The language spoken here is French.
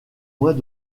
moins